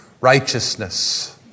righteousness